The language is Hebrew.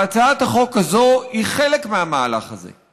והצעת החוק הזו היא חלק מהמהלך הזה.